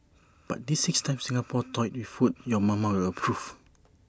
but these six times Singapore toyed with food your mama will approve